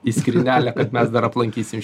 į skrynelę kad mes dar aplankysim š